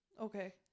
okay